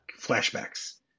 flashbacks